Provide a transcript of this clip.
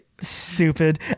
stupid